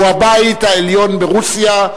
הוא הבית העליון ברוסיה,